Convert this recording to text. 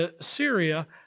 Syria